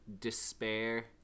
despair